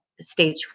stage